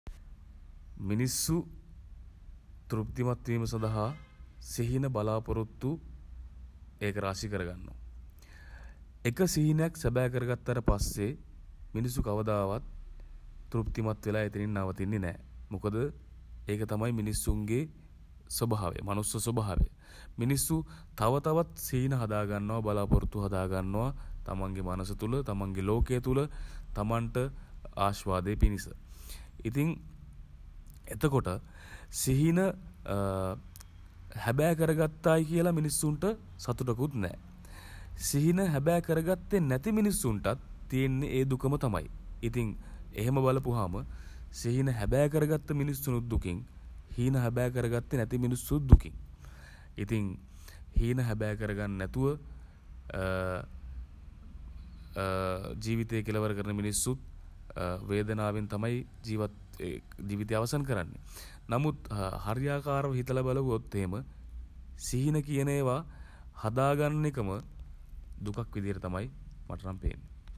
මිනිස්සු තෘප්තිමත් වීම සඳහා සිහින බලාපොරොත්තු ඒකරාශී කරගන්නවා. එක සිහිනයක් සැබෑ කර ගත්තට පස්සේ මිනිස්සු කවදාවත් තෘප්තිමත් වෙලා එතනින් නවතින්නේ නෑ. මොකද ඒක තමයි මිනිස්සුන්ගේ ස්වභාවය. මනුෂ්‍ය ස්වභාවය. මිනිස්සු තව තවත් සිහින හදාගන්නවා බලාපොරොත්තු හදා ගන්නවා. තමන්ගේ මනස තුළ තමන්ගේ ලෝකය තුළ තමන්ට ආශ්වාදය පිණිස. ඉතින් එතකොටත් සිහින හැබෑ කරගත්තායි කියලා මිනිස්සුන්ට සතුටකුත් නෑ. සිහින හැබෑ කරගත්තේ නැති මිනිස්සුන්ටත් තියෙන්නේ ඒ දුකම තමයි. ඉතින් එහෙම බලපුවාම සිහින හැබෑ කරගත්ත මිනිස්සුනුත් දුකින්. හීන හැබෑ කරගත්තේ නැති මිනිස්සුත් දුකින්. ඉතින් හීන හැබෑ කරගන්නේ නැතුව ජීවිතය කෙළවර කරන මිනිස්සුත් වේදනාවෙන් තමයි ජීවත් ජීවිතේ අවසන් කරන්නේ. නමුත් හරියාකාරව හිතලා බැලුවොත් එහෙම සිහින කියන ඒවා හදාගන්න එකම දුකක් විදියට තමයි මට නම් පේන්නේ.